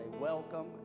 welcome